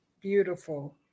beautiful